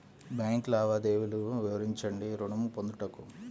Bank లావాదేవీలు వివరించండి ఋణము పొందుటకు?